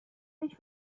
ich